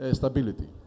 stability